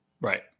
Right